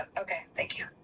okay, thank you.